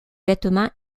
vêtements